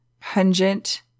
pungent